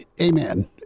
Amen